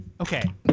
okay